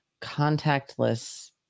Contactless